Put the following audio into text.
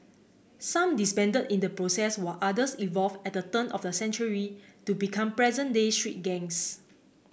some disbanded in the process while others evolve at the turn of the century to become present day street gangs